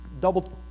Double